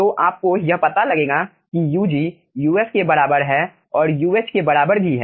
तो आपको यह पता लगेगा कि Ug Uf के बराबर है और Uh के बराबर भी है